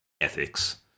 ethics